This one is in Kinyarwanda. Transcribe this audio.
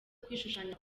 kwishushanya